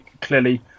clearly